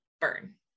burn